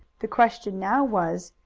the question now was,